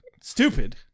Stupid